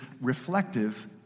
reflective